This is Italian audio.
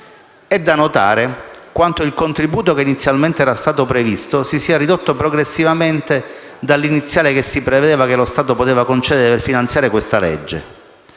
È da notare quanto il contributo che inizialmente era stato previsto si sia ridotto progressivamente dall'iniziale che si prevedeva lo Stato potesse concedere per finanziare questa legge.